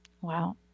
Wow